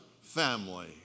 family